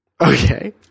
Okay